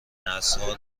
نسلها